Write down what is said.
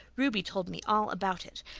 ruby told me all about it.